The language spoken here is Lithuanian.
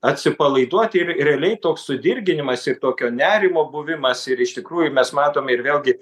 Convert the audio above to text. atsipalaiduoti ir realiai toks sudirginimas ir tokio nerimo buvimas ir iš tikrųjų mes matome ir vėlgi